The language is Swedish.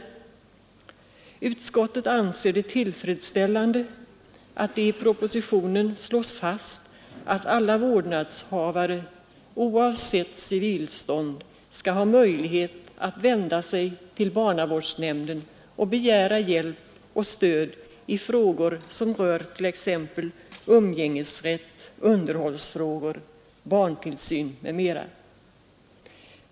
Utskottet anser det tillfredsställande att det i propositionen slås fast att alla vårdnadshavare oavsett civilstånd skall ha möjlighet att vända sig till barnavårdsnämnden och begära hjälp och stöd i frågor som rör t.ex. umgängesrätt, underhållsfrågor, barntillsyn och annat.